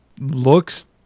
looks